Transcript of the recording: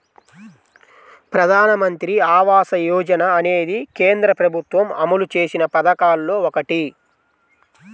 ప్రధానమంత్రి ఆవాస యోజన అనేది కేంద్ర ప్రభుత్వం అమలు చేసిన పథకాల్లో ఒకటి